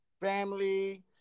family